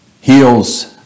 heals